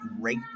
great